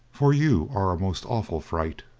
for you are a most awful fright,